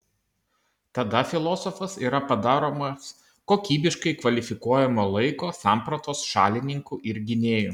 tada filosofas yra padaromas kokybiškai kvalifikuojamo laiko sampratos šalininku ir gynėju